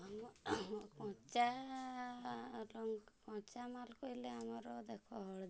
ଆମ କଞ୍ଚା ଲଙ୍କ କଞ୍ଚାମାଲ କହିଲେ ଆମର ଦେଖ ହଳଦୀ ଆମର